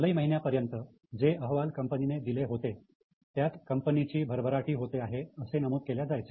जुलै महिन्यापर्यंत जे अहवाल कंपनीने दिले होते त्यात कंपनीची भरभराटी होत आहे असे नमूद केलेल्या जायचे